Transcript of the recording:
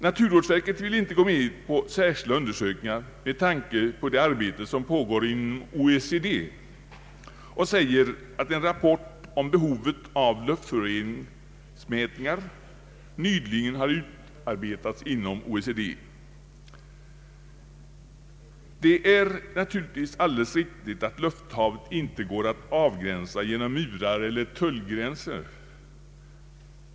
Naturvårdsverket vill ihte gå med på särskilda undersökningar med tanke på det arbete som pågår inom OECD och säger att en rapport om behovet av luftföroreningsmätningar nyligen har utarbetats inom OECD. Det är naturligtvis alldeles riktigt, att lufthavet inte går att avgränsa genom murar eller tullgränser.